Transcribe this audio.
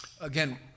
Again